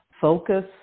focus